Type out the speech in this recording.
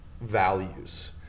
values